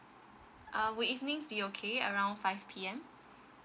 uh would evenings be okay around five P_M